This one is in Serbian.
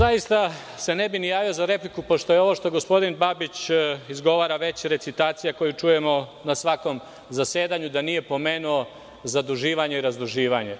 Zaista se ne bih ni javio za repliku, pošto je ovo što gospodin Babić izgovara već recitacija koju čujemo na svakom zasedanju, da nije pomenuo zaduživanje i razduživanje.